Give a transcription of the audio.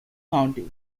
country